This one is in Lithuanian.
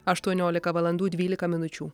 aštuoniolika valandų dvylika minučių